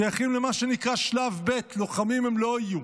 שייכים למה שנקרא שלב ב' לוחמים הם לא יהיו.